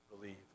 believe